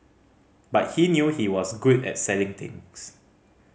but he knew he was good at selling things